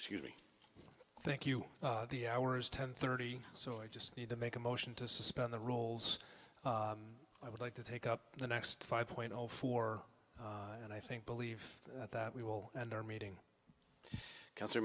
excuse me thank you the hours ten thirty so i just need to make a motion to suspend the roles i would like to take up the next five point zero four and i think believe that we will and are meeting cancer